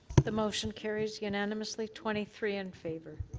the motion carries unanimously twenty three in favor.